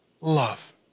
Love